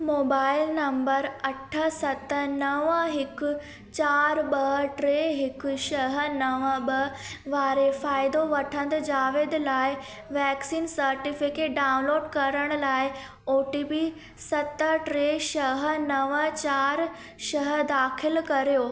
mobile number अठ सत नव हिकु चारि ॿ टे हिकु छह नव ॿ वारे फ़ाइदो वठंदड़ जावेद लाइ वैक्सीन सर्टिफिकेट डाउनलोड करण लाइ ओ टी पी सत टे छह नव चारि छह दाख़िल करियो